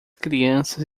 crianças